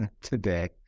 today